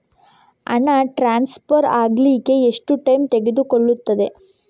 ಹಣ ಟ್ರಾನ್ಸ್ಫರ್ ಅಗ್ಲಿಕ್ಕೆ ಎಷ್ಟು ಟೈಮ್ ತೆಗೆದುಕೊಳ್ಳುತ್ತದೆ?